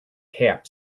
cap